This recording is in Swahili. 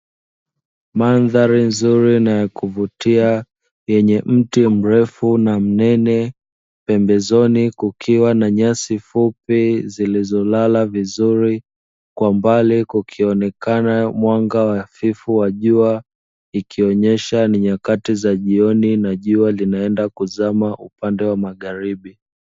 Mandhari nzuri na ya kuvutia yenye mti mrefu na mnene, pembezoni kukiwa na nyasi fupi zilizolala vizuri kwa mbali kukionekana mwanga hafifu wa jua. Ikionyesha ni nyakati za jioni na jua linaenda kuzama upande wa magharibi.